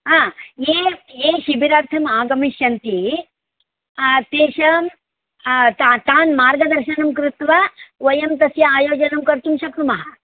हा ये ये शिबिरार्थम् आगमिष्यन्ति तेषां ता तान् मार्गदर्शनं कृत्वा वयं तस्य आयोजनं कर्तुं शक्नुमः